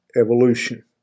evolution